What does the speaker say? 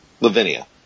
Lavinia